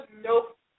Nope